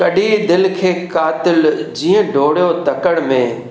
कढी दिलि खे कातिल जीअं ॾोड़ियो तकड़ि में